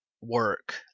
work